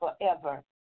forever